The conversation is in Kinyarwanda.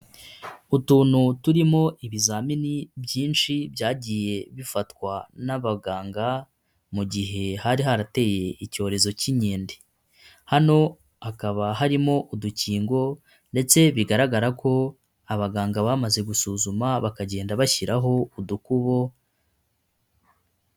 Utuntu turimo ibizamini byinshi, byagiye bifatwa n'abaganga mu gihe hari harateye icyorezo cy'inkende. Hano hakaba harimo udukingo, ndetse bigaragara ko, abaganga bamaze gusuzuma, bakagenda bashyiraho udukubo.